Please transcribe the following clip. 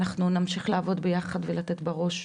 אנחנו נמשיך לעבוד ביחד ולתת בראש.